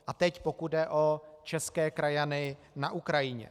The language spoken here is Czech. A teď pokud jde o české krajany na Ukrajině.